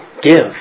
give